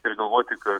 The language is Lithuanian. ir galvoti kad